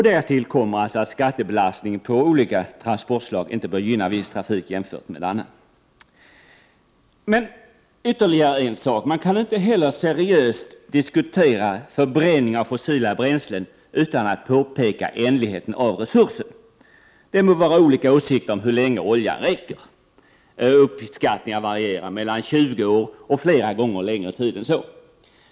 Därtill kommer att skattebelastningen på olika transportslag inte bör gynna viss trafik jämfört med annan. Man kan inte heller seriöst diskutera förbränning av fossila bränslen utan att påpeka ändligheten av resursen. Det må vara olika åsikter om hur länge oljan räcker. Uppskattningar varierar mellan 20 år och flera gånger längre tid än så.